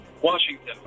Washington